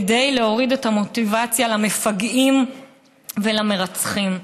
כדי להוריד את המוטיבציה למפגעים ולמרצחים.